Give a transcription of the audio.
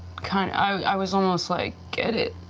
kind of i was almost like, get it.